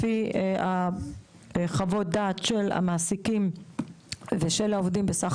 לפי חוות הדעת של המעסיקים ושל העובדים בסך